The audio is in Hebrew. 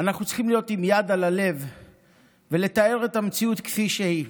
אנחנו צריכים להיות עם יד על הלב ולתאר את המציאות כפי שהיא.